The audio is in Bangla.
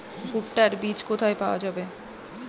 ভুট্টার বিজ কোথায় পাওয়া যাবে?